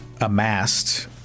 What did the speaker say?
amassed